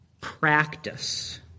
practice